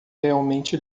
realmente